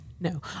no